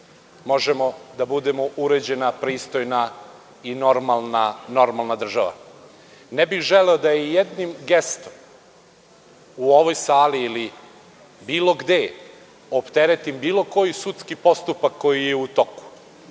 možemo da budemo uređena, pristojna i normalna država. Ne bih želeo da i jednim gestom, u ovoj sali, ili bilo gde, opteretim bilo koji sudski postupak koji je u toku.